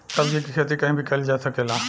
सब्जी के खेती कहीं भी कईल जा सकेला